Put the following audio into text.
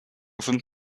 sind